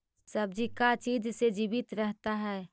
सब्जी का चीज से जीवित रहता है?